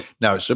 Now